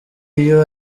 iyo